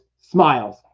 smiles